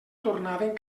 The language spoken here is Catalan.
tornaven